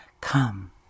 Come